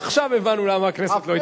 עכשיו הבנו למה הכנסת לא התפזרה,